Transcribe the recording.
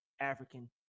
African